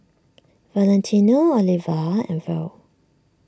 Valentino Oliva and Verl